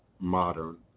modern